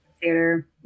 Theater